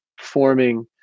forming